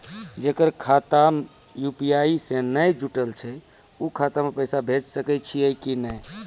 जेकर खाता यु.पी.आई से नैय जुटल छै उ खाता मे पैसा भेज सकै छियै कि नै?